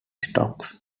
stokes